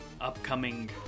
upcoming